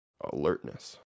alertness